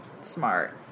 smart